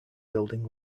building